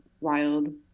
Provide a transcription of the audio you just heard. wild